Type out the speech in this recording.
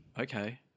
Okay